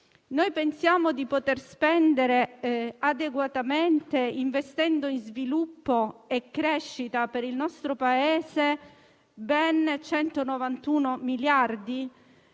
invece di poter spendere adeguatamente investendo in sviluppo e crescita per il nostro Paese ben 191 miliardi?